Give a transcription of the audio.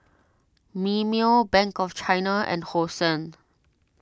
Mimeo Bank of China and Hosen